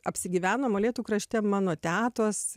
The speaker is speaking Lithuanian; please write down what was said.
apsigyveno molėtų krašte mano tetos